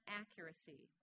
accuracy